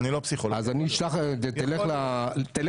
אני לא פסיכולוג --- תלך למחוזי,